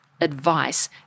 advice